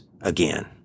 again